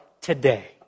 today